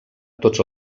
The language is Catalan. tots